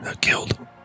Killed